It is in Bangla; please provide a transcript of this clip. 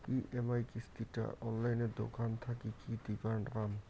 ই.এম.আই কিস্তি টা অনলাইনে দোকান থাকি কি দিবার পাম?